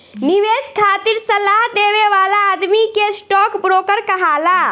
निवेश खातिर सलाह देवे वाला आदमी के स्टॉक ब्रोकर कहाला